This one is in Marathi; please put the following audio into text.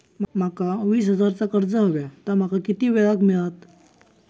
माका वीस हजार चा कर्ज हव्या ता माका किती वेळा क मिळात?